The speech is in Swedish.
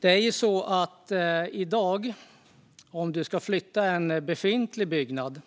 Om du i dag ska flytta en befintlig byggnad